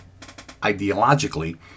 ideologically